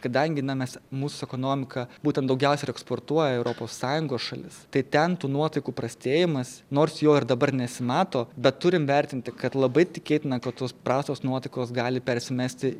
kadangi na mes mūsų ekonomika būtent daugiausiai ir eksportuoja į europos sąjungos šalis tai ten tų nuotaikų prastėjimas nors jo ir dabar nesimato bet turim vertinti kad labai tikėtina kad tos prastos nuotaikos gali persimesti